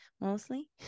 mostly